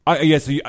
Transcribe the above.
Yes